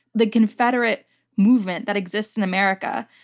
the confederate movement that exists in america,